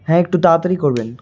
হ্যাঁ একটু তাড়াতাড়ি করবেন